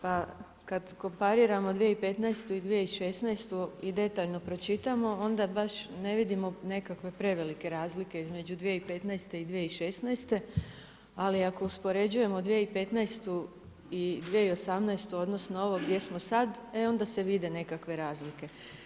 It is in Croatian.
Pa kad kompariramo 2015. i 2016. i detaljno pročitamo, onda baš ne vidimo nekakve prevelike razlike između 2015. i 2016., ali ako uspoređujemo 2015. i 2018., odnosno ovo gdje smo sad, e onda se vide nekakve razlike.